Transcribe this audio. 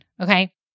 Okay